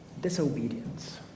Disobedience